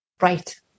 right